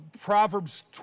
Proverbs